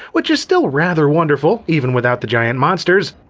which is still rather wonderful, even without the giant monsters.